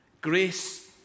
grace